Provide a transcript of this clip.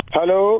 Hello